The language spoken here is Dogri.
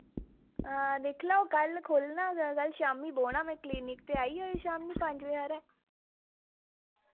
हां दिक्ख लाओ कल खुल्लना ते कल शाम्मी बौह्ना मैं क्लिनिक ते आई जायो शाम्मी पंज बजे हारे